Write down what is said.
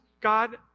God